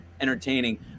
entertaining